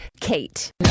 Kate